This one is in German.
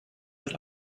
halt